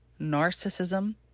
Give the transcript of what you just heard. narcissism